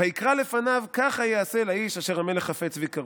"ויקרא לפניו ככה יעשה לאיש אשר המלך חפץ ביקרו"